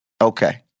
Okay